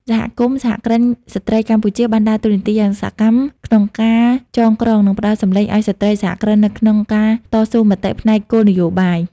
សមាគមសហគ្រិនស្រ្តីកម្ពុជា បានដើរតួនាទីយ៉ាងសកម្មក្នុងការចងក្រង និងផ្ដល់សំឡេងឱ្យស្ត្រីសហគ្រិននៅក្នុងការតស៊ូមតិផ្នែកគោលនយោបាយ។